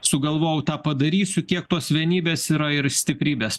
sugalvojau tą padarysiu kiek tos vienybės yra ir stiprybės